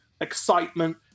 excitement